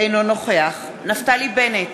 אינו נוכח נפתלי בנט,